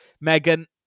Megan